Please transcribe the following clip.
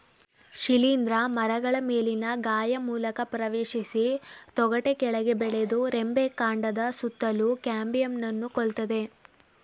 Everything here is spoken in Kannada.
ಶಿಲೀಂಧ್ರ ಮರಗಳ ಮೇಲಿನ ಗಾಯ ಮೂಲಕ ಪ್ರವೇಶಿಸಿ ತೊಗಟೆ ಕೆಳಗೆ ಬೆಳೆದು ರೆಂಬೆ ಕಾಂಡದ ಸುತ್ತಲೂ ಕ್ಯಾಂಬಿಯಂನ್ನು ಕೊಲ್ತದೆ